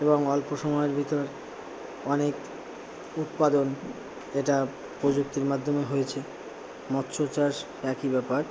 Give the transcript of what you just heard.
এবং অল্প সময়ের ভিতর অনেক উৎপাদন এটা প্রযুক্তির মাধ্যমে হয়েছে মৎস্য চাষ একই ব্যাপার